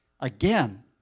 again